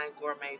gourmet